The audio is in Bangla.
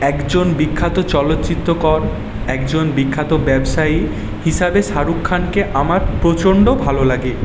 একজন বিখ্যাত চলচ্চিত্রকর একজন বিখ্যাত ব্যবসায়ী হিসাবে শাহরুখ খানকে আমার প্রচণ্ড ভালো লাগে